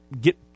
get